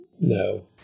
No